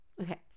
Okay